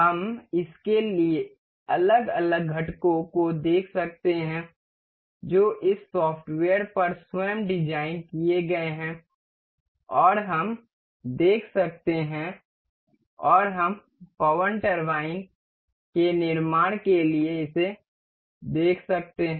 हम इसके अलग अलग घटकों को देख सकते हैं जो इस सॉफ़्टवेयर पर स्वयं डिज़ाइन किए गए हैं और हम देख सकते हैं और हम पवन टरबाइन के निर्माण के लिए इसे देख सकते हैं